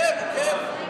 עוקב, עוקב.